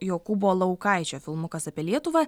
jokūbo laukaičio filmukas apie lietuvą